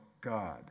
God